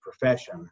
profession